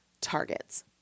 targets